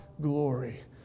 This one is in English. glory